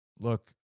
look